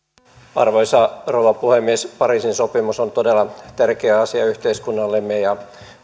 arvoisa rouva puhemies pariisin sopimus on todella tärkeä asia yhteiskunnallemme ja